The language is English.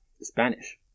Spanish